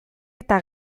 eta